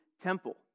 temple